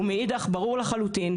ואידך ברור לחלוטין,